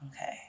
okay